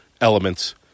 elements